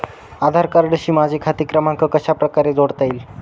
आधार कार्डशी माझा खाते क्रमांक कशाप्रकारे जोडता येईल?